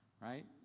right